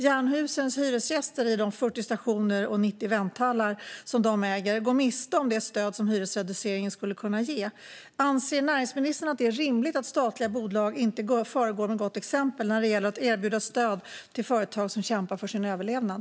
Jernhusens hyresgäster i de 40 stationer och 90 vänthallar som företaget äger går miste om det stöd som hyresreduceringen skulle kunna ge. Anser näringsministern att det är rimligt att statliga bolag inte föregår med gott exempel när det gäller att erbjuda stöd till företag som kämpar för sin överlevnad?